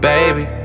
Baby